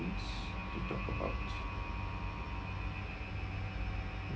to talk about